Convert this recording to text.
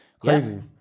Crazy